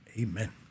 Amen